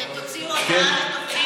אתם תוציאו הודעה על התוכנית?